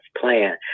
plan